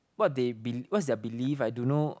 what they be what's their belief I don't know